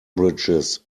bridges